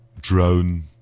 drone